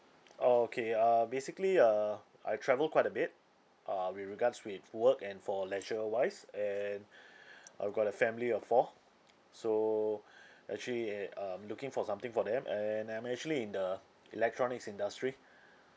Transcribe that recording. okay uh basically err I travel quite a bit uh with regards with work and for leisure wise and I've got a family of four so actually a~ I'm looking for something for them and I'm actually in the electronics industry